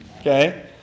Okay